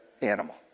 animal